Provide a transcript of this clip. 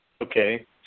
Okay